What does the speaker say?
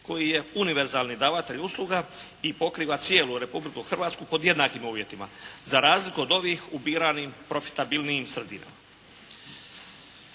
koja je univerzalni davatelj usluga i pokriva cijelu Republiku Hrvatsku pod jednakim uvjetima za razliku od ovih u biranim, profitabilnijim sredinama.